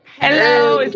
hello